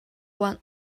one